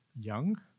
young